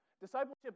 Discipleship